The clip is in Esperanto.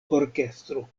orkestro